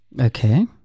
Okay